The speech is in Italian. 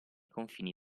confini